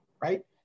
right